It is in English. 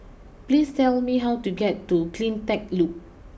please tell me how to get to Cleantech Loop